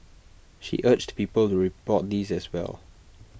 she urged people to report these as well